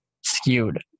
skewed